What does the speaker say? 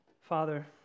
Father